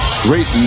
great